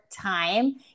time